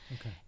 Okay